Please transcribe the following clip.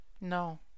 No